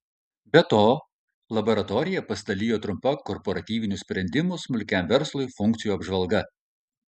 be to laboratorija pasidalijo trumpa korporatyvinių sprendimų smulkiam verslui funkcijų apžvalga